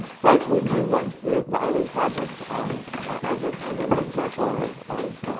but we do love the irene project as a kind of exemplar of of